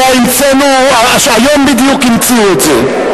היום בדיוק המציאו את זה.